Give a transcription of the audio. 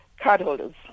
cardholders